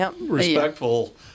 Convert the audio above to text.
respectful